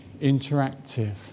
interactive